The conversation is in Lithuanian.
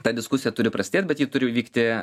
ta diskusija turi prasidėt bet ji turi vykti